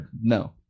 No